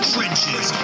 Trenches